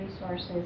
resources